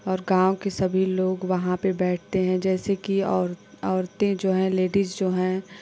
और गाँव के सभी लोग वहाँ पे बैठते हैं जैसे कि और औरतें जो हैं लेडिज जो हैं